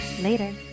Later